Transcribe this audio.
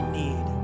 need